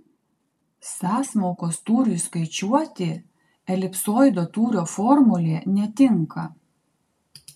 sąsmaukos tūriui skaičiuoti elipsoido tūrio formulė netinka